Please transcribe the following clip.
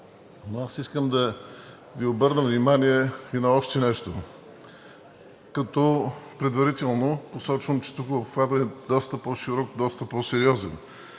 Но аз искам да Ви обърна внимание и на още нещо, като предварително посочвам, че тук обхватът е доста по-широк, доста по-сериозен.